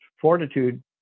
fortitude